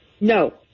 No